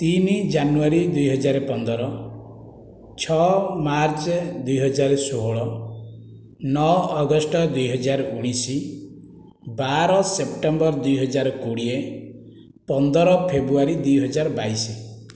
ତିନି ଜାନୁଆରୀ ଦୁଇ ହଜାର ପନ୍ଦର ଛଅ ମାର୍ଚ୍ଚ ଦୁଇ ହଜାର ଷୋହଳ ନଅ ଅଗଷ୍ଟ ଦୁଇ ହଜାର ଉଣେଇଶ ବାର ସେପ୍ଟେମ୍ବର ଦୁଇ ହଜାର କୋଡ଼ିଏ ପନ୍ଦର ଫେବ୍ରୁଆରୀ ଦୁଇ ହଜାର ବାଇଶ